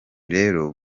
rero